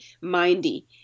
mindy